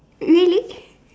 really